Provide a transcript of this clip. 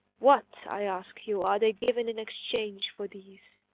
what, i ask you, are they given in exchange for these?